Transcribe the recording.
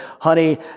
Honey